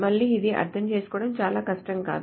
మళ్ళీ ఇది అర్థం చేసుకోవడం చాలా కష్టం కాదు